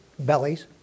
bellies